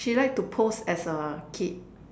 she like to pose as a kid